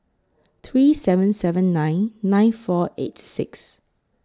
three seven seven nine nine four eight six